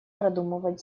продумывать